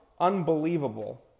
unbelievable